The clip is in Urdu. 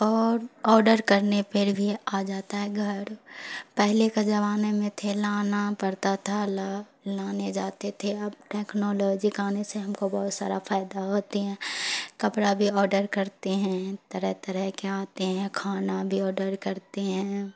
اور آڈر کرنے پر بھی آ جاتا ہے گھر پہلے کا زمانے میں تھے لانا پڑتا تھا لانے جاتے تھے اب ٹیکنالوجی کا آنے سے ہم کو بہت سارا فائدہ ہوتے ہیں کپڑا بھی آڈر کرتے ہیں طرح طرح کے آتے ہیں کھانا بھی آڈر کرتے ہیں